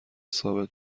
ثابت